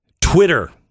Twitter